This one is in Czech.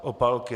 Opálky.